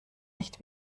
nicht